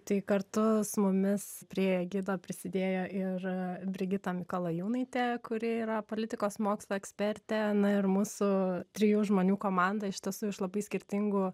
tai kartu su mumis prie gido prisidėjo ir brigita mikalajūnaitė kuri yra politikos mokslų ekspertė na ir mūsų trijų žmonių komanda iš tiesų iš labai skirtingų